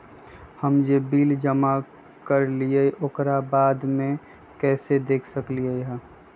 हम जे बिल जमा करईले ओकरा बाद में कैसे देख सकलि ह?